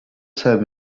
сайн